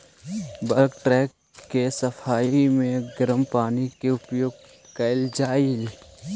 bulk tank के सफाई में गरम पानी के उपयोग कैल जा हई